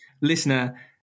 listener